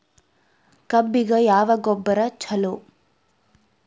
ಕಬ್ಬಿಗ ಯಾವ ಗೊಬ್ಬರ ಛಲೋ?